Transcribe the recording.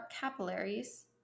capillaries